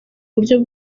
buryo